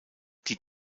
die